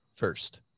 first